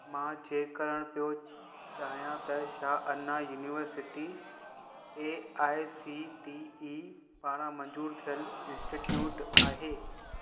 मां चेक करण पियो चाहियां त छा Anna university A I C T E पारां मंज़ूर थियलु इन्स्टिट्यूट आहे